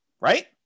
right